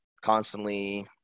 constantly